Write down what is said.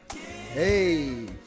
Hey